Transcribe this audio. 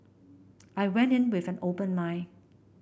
I went in with an open mind